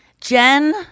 Jen-